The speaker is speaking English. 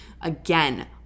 Again